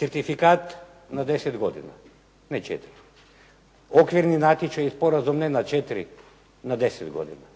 Certifikat na 10 godina, ne 4. Okvirni natječaj i sporazum ne na 4, na 10 godina,